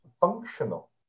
functional